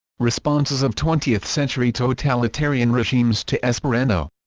responses of twentieth century totalitarian regimes to esperanto